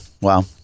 Wow